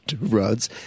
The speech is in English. roads